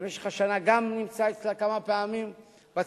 וגם במשך השנה נמצא אצלה כמה פעמים בצפון.